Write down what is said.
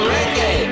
Reggae